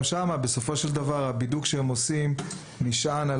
גם שם בסופו של דבר הבידוק שהם עושים נשען על